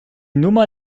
nummer